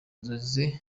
nzozi